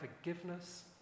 forgiveness